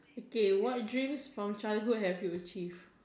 okay what dreams from childhood have you achieved